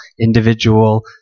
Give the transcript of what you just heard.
individual